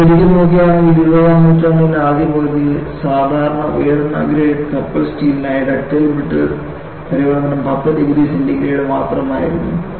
നിങ്ങൾ ശരിക്കും നോക്കുകയാണെങ്കിൽ ഇരുപതാം നൂറ്റാണ്ടിന്റെ ആദ്യ പകുതിയിൽ സാധാരണ ഉയർന്ന ഗ്രേഡ് കപ്പൽ സ്റ്റീലിനായി ഡക്റ്റൈൽ ബ്രിട്ടിൽ പരിവർത്തനം 10 ഡിഗ്രി സെന്റിഗ്രേഡ് മാത്രമായിരുന്നു